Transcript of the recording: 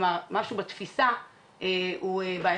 כלומר משהו בתפיסה בעייתי.